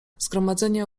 zgromadzenie